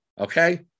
okay